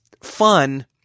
fun